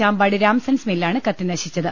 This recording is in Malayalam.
ചാമ്പാട് രാംസൺസ് മില്ലാണ് കത്തിനശിച്ചത്